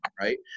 right